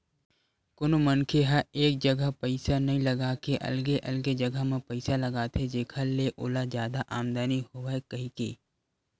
कोनो मनखे ह एक जगा पइसा नइ लगा के अलगे अलगे जगा म पइसा लगाथे जेखर ले ओला जादा आमदानी होवय कहिके